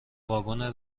واگن